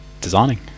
designing